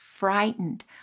frightened